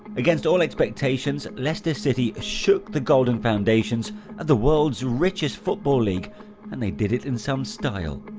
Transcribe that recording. against all expectations, leicester city shook the golden foundations of the world's richest football league and they did it in some style.